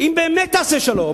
אם באמת תעשה שלום,